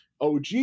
OG